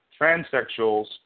transsexuals